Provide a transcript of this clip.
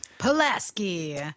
Pulaski